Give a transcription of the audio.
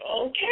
okay